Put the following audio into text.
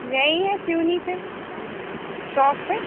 यहीं है सिवनी पे चौक पे